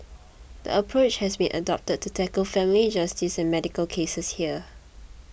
the approach has been adopted to tackle family justice and medical cases here